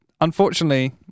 Unfortunately